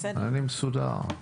אני מסודר.